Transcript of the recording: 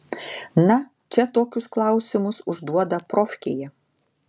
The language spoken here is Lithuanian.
na čia tokius klausimus užduoda profkėje